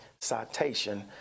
citation